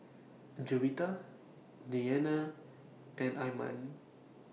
Juwita Dayana and Iman